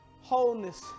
Wholeness